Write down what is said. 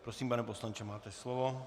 Prosím, pane poslanče, máte slovo.